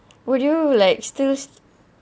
would you like still s~